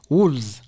Wolves